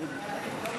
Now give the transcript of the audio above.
סעיפים 1 8